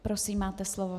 Prosím, máte slovo.